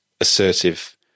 assertive